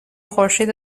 خورشید